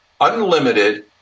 unlimited